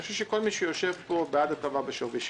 אני חושב שכל מי שיושב פה הוא בעד הטבה בשווי שימוש.